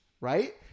right